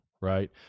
right